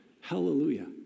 Hallelujah